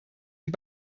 und